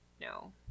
no